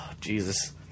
Jesus